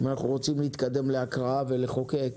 אם אנחנו רוצים להתקדם להקראה ולחוקק.